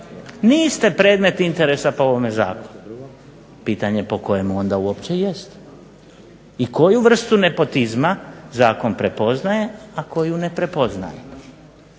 niste predmet interesa po ovome zakonu. Pitanje je po kojemu onda uopće jeste? I koju vrstu nepotizma zakon prepoznaje, a koju ne prepoznaje?